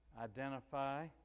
identify